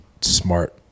smart